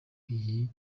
iyi